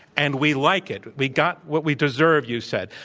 and we like it. we got what we deserved, you said.